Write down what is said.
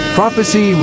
Prophecy